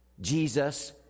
Jesus